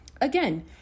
Again